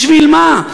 בשביל מה?